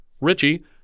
Richie